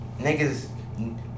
niggas